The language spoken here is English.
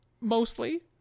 mostly